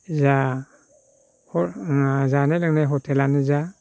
जानो लोंनो हटेलानो जा